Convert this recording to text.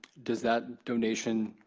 does that donation,